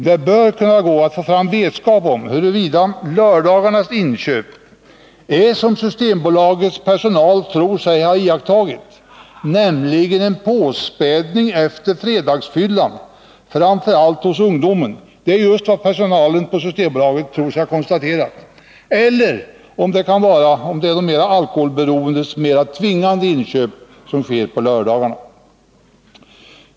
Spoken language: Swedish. Det bör kunna gå att få vetskap om huruvida lördagarnas inköp — det tror sig Systembolagets personal ha iakttagit — syftar till en påspädning av fredagsfyllan, framför allt hos ungdomen, eller om det är de alkoholberoendes mera tvingande inköp som sker på lördagarna.